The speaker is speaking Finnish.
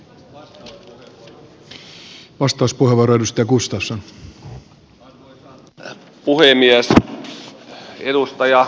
arvoisa puhemies